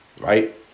right